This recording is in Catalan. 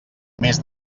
més